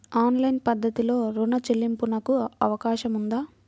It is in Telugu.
ఆన్లైన్ పద్ధతిలో రుణ చెల్లింపునకు అవకాశం ఉందా?